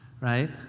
right